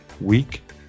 week